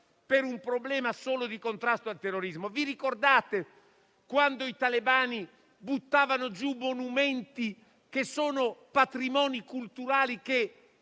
per un problema solo di contrasto al terrorismo. Vi ricordate quando i talebani buttavano giù monumenti che erano patrimoni di culture che